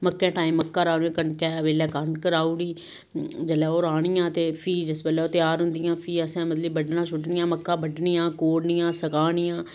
मक्कां दे टाइम मक्कां राही ओड़ियां कनकै दे बेल्लै कनक राही ओड़ी जेल्लै ओह् राह्निया ते फ्ही जिस बेल्लै ओह् त्यार होंदियां फ्ही असें मतलब कि बड्डना छुड्डनियां मक्कां बड्डनियां कोड़नियां सकानियां